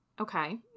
Okay